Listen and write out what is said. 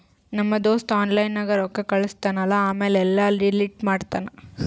ನಮ್ ದೋಸ್ತ ಆನ್ಲೈನ್ ನಾಗ್ ರೊಕ್ಕಾ ಕಳುಸ್ತಾನ್ ಅಲ್ಲಾ ಆಮ್ಯಾಲ ಎಲ್ಲಾ ಡಿಲೀಟ್ ಮಾಡ್ತಾನ್